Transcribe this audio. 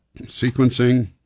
sequencing